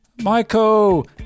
Michael